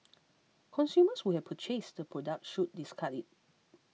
consumers who have purchased the product should discard it